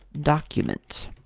document